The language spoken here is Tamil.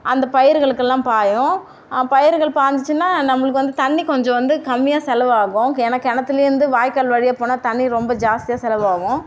அந்த பயிர்களுக்குலாம் பாயும் பயிர்கள் பாஞ்சிச்சுன்னால் நம்மளுக்கு வந்து தண்ணி கொஞ்சம் வந்து கம்மியாக செலவாகும் ஏன்னா கெணத்துலேருந்து வாய்க்கால் வழியாக போனால் தண்ணி ரொம்ப ஜாஸ்தியாக செலவாகும்